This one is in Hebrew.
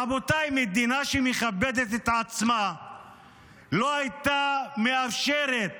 רבותיי, מדינה שמכבדת את עצמה לא הייתה מאפשרת